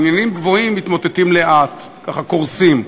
מגדלים גבוהים מתמוטטים לאט, ככה, קורסים.